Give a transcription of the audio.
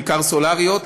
בעיקר סולריות.